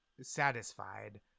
satisfied